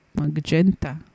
magenta